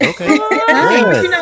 Okay